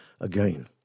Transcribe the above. again